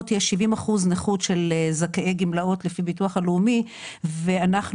יש 70% נכות של זכאי גמלאות לפי הביטוח הלאומי ונכי